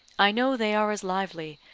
i know they are as lively,